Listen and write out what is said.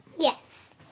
Yes